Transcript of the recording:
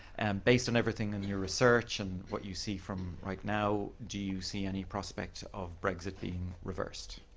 based on everything and your research, and what you see from right now, do you see any prospects of brexit being reversed?